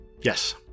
Yes